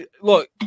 look